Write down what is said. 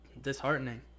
disheartening